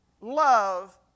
love